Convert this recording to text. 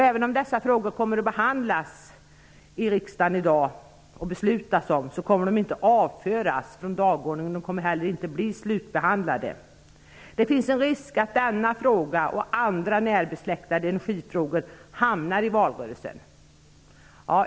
Även om dessa frågor kommer att behandlas och beslutas i riksdagen i dag, kommer de därmed inte att vara avförda från dagordningen och inte heller att vara slutbehandlade. Det finns en risk att denna fråga och närbesläktade energifrågor hamnar i valrörelsen.